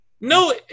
no